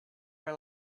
were